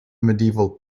medieval